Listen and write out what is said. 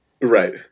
Right